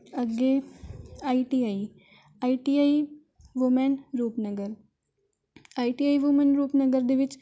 ਅੱਗੇ I T I I T I women Rupnagar I T I women Rupnagar ਦੇ ਵਿੱਚ